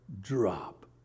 drop